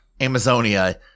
Amazonia